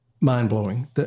mind-blowing